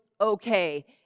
okay